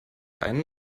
einen